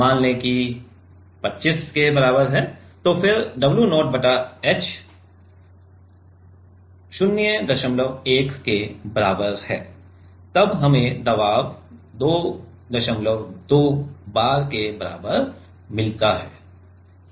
मान लें कि 25 के बराबर है और फिर W 0 बटा h 01 के बराबर है तब हमें दबाव 22 bar के बराबर मिलता है